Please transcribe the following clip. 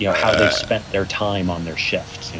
you know how they've spent their time on their shifts,